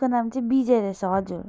उसको नाम चाहिँ विजय रहेछ हजुर